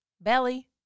belly